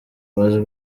majwi